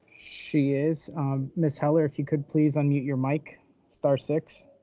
she is ms. heller, if you could please unmute your mic star six.